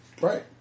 Right